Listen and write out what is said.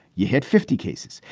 you hit fifty cases.